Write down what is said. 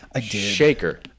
shaker